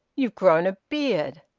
you've grown a beard!